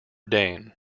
dane